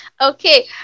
Okay